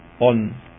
on